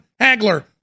Hagler